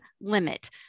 Limit